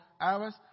hours